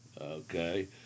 Okay